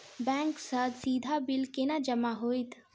Bank सँ सीधा bill केना जमा होइत?